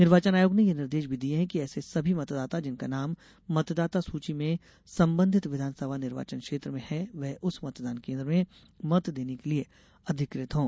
निर्वाचन आयोग ने यह निर्देश भी दिये हैं कि ऐसे सभी मतदाता जिनका नाम मतदाता सूची में संबंधित विधानसभा निर्वाचन क्षेत्र में है वह उस मतदान केन्द्र में मत देने के लिये अधिकृत हों